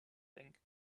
natlink